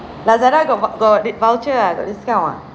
Lazada voucher got vou~ got d~ voucher ah got discount ah